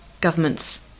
governments